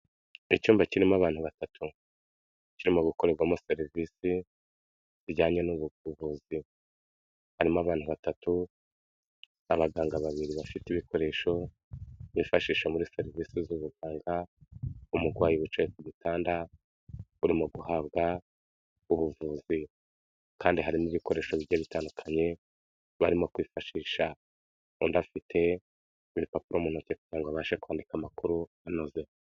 Icyumba kirimo abantu batatu, kirimo gukorerwamo serivisi zijyanye n'ubuvuzi, harimo abantu batatu, abaganga babiri bafite ibikoresho bifashisha muri serivisi z'ubuganga, umurwayi wicaye ku gitanda urimo guhabwa ubuvuzi, kandi hari nibikoresho bike bitandukanye birimo kwifashishwa, undi afite impapuro mu ntoki kugira ngo abashe kwandika amakuru anoze.